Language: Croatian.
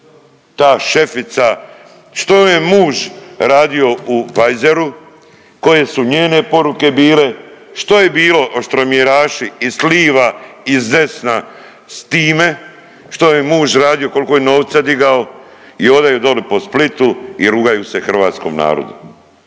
ta šefica, što je joj je muž radio u … koje su njene poruke bile, što je bilo oštromjeraši i s liva i s desna s time što joj je muž radio kolko je novca digao i odo je doli po Splitu i rugaju se hrvatskom narodu.